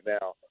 now